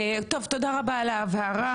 טוב תודה רבה על ההבהרה,